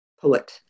poet